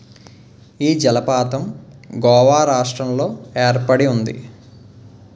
ఈ జలపాతం గోవా రాష్ట్రంలో ఏర్పడి ఉంది